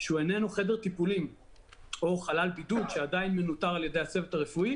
שהוא איננו חדר טיפולים או חלל בידוד שמנוטר עדיין על-ידי הצוות הרפואי